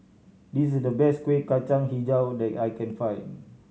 this is the best Kuih Kacang Hijau that I can find